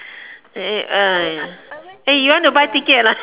!aiya! eh you want to buy ticket or not